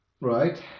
Right